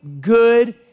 good